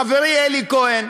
חברי אלי כהן,